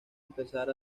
empezar